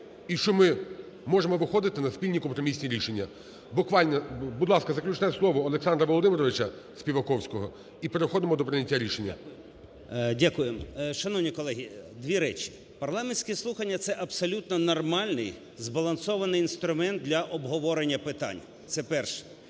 і що ми можемо виходити на спільні компромісні рішення. Будь ласка, заключне слово Олександра Володимировича Співаковського і переходимо до прийняття рішення. 11:41:16 СПІВАКОВСЬКИЙ О.В. Дякую. Шановні колеги, дві речі. Парламентські слухання – це абсолютно нормальний збалансований інструмент для обговорення питань. Це перше.